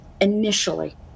initially